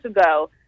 ago